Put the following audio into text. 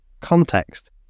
context